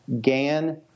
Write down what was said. gan